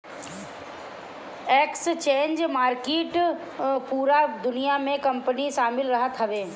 exchange market पूरा दुनिया भर के कंपनी शामिल रहत हवे